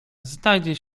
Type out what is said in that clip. znajdzie